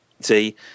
See